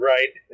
Right